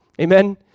Amen